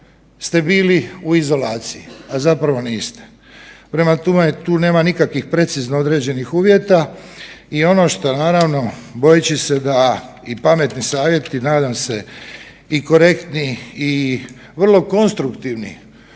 ste bili u izolaciji, a zapravo niste. Prema tome, tu nema nikakvih precizno određenih uvjeta. I ono što naravno bojeći se da i pametni savjeti nadam se i korektni i vrlo konstruktivni